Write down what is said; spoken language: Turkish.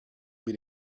bir